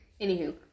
anywho